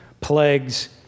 Plagues